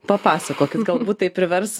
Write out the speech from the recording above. papasakokit galbūt tai privers